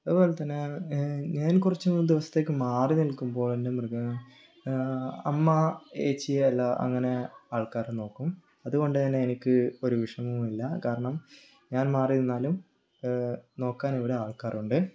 അതുപോലെ തന്നെ ഞാൻ കുറച്ച് ദിവസത്തേക്ക് മാറി നിൽക്കുമ്പോൾ എൻ്റെ മൃഗങ്ങൾ അമ്മ ഏച്ചി എല്ലാ അങ്ങനെ ആൾക്കാർ നോക്കും അതുകൊണ്ട് തന്നെ എനിക്ക് ഒരു വിഷമവും ഇല്ല കാരണം ഞാൻ മാറി നിന്നാലും നോക്കാനിവിടെ ആൾക്കാരുണ്ട്